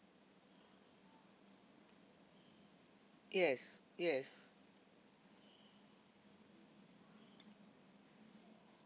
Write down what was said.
yes yes